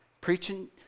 preaching